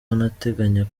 anateganya